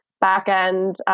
back-end